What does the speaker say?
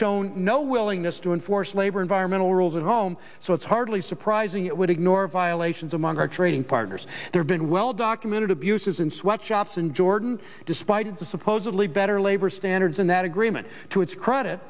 shown no willingness to enforce labor environmental rules at home so it's hardly surprising it would ignore violations among our trading partners there's been well documented abuses in sweatshops in jordan despite the supposedly better labor standards in that agreement to its credit